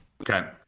Okay